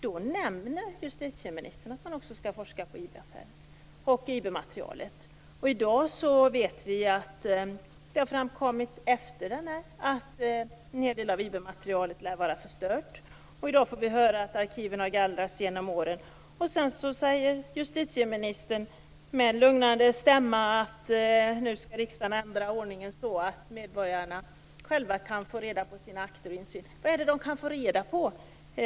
Justitieministern nämnde då att man också skulle forska på IB-affären och IB-materialet. Det har efter debatten framkommit att en hel del av IB-materialet lär vara förstört. I dag får vi höra att arkiven har gallrats genom åren. Sedan säger justitieministern med en lugnande stämma att riksdagen nu skall ändra ordningen så att medborgarna själva kan få reda på sina akter och få insyn. Vad är det de kan få reda på?